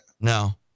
No